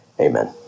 amen